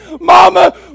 Mama